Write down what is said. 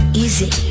easy